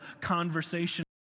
conversation